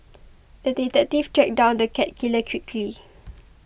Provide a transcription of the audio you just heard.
the detective tracked down the cat killer quickly